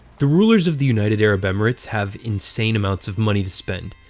the rulers of the united arab emirates have insane amounts of money to spend.